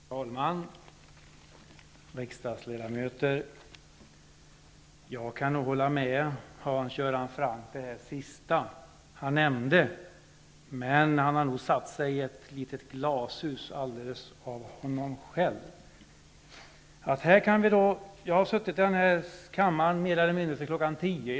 Herr talman! Riksdagsledamöter! Jag kan hålla med Hans Göran Franck om det sista han nämnde, men han har nog satt sig i ett litet glashus alldeles för sig själv. Jag har suttit här i kammaren mer eller mindre sedan kl.